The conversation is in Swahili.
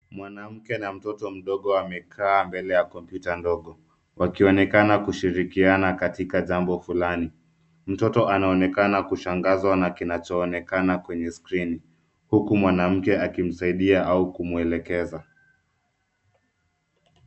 Mwanamke na mtoto mdogo wamekaa mbele ya kompyuta ndogo wakionekana kushirikiana katika jambo fulani. Mtoto anaonekana kushangazwa na kinachoonekana kwenye skrini huku mwanamke akimsaidia au kumwelekeza.